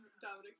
Dominic